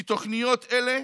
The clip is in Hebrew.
כי תוכניות אלה